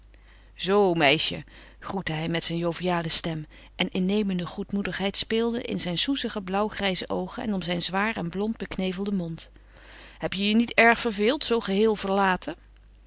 zoo meisje groette hij met zijn joviale stem en innemende goedmoedigheid speelde in zijn soezige blauwgrijze oogen en om zijn zwaar en blond beknevelden mond heb je je niet erg verveeld zoo geheel verlaten